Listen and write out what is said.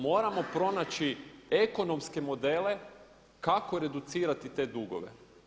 Moramo pronaći ekonomske modele kako reducirati te dugove.